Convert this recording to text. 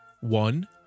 One